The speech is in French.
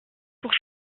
pour